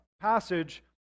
passage